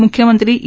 मुख्यमंत्री ई